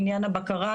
לעניין הבקרה,